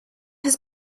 has